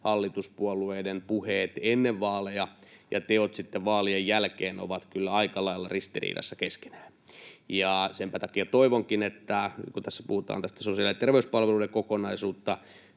hallituspuolueiden puheet ennen vaaleja ja teot sitten vaalien jälkeen ovat kyllä aika lailla ristiriidassa keskenään. Senpä takia toivonkin — kun tässä puhutaan tästä sosiaali- ja terveyspalveluiden kokonaisuudesta,